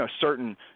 certain